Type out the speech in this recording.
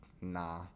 nah